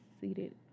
seated